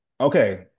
Okay